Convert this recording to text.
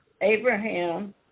Abraham